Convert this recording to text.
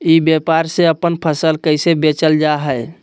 ई व्यापार से अपन फसल कैसे बेचल जा हाय?